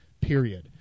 period